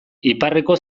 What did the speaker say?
iparreko